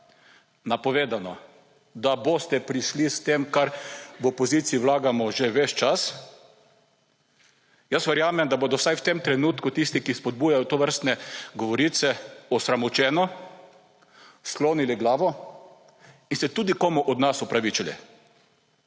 napovedano, da boste prišli s tem kar v opoziciji vlagamo že ves čas, jaz verjamem, da bodo vsaj v tem trenutku tisti, ki spodbujajo tovrstne govorice, osramočeno sklonili glavo in se tudi komu od nas upravičili.